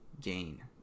gain